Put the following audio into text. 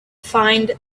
find